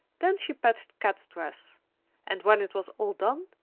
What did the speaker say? then she patched kat's dress and, when it was all done,